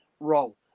Role